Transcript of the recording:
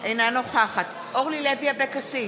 אינה נוכחת אורלי לוי אבקסיס,